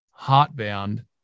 Heartbound